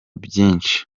byinshi